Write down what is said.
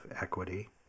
equity